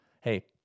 hey